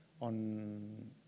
on